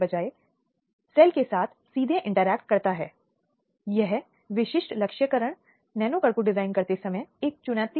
बच्चे की स्पष्ट सुरक्षा के लिए आवश्यक और तत्काल व्यवस्था होनी चाहिए जैसे कि आपातकालीन चिकित्सा उपचार बच्चे को एक आश्रय गृह में रखना